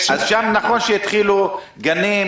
נכון שבמערכת החינוך התחילו עם גנים,